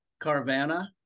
Carvana